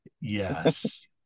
Yes